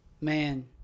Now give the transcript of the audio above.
Man